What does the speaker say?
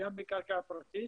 וגם בקרקע פרטית